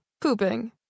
pooping